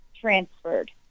transferred